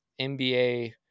NBA